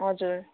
हजुर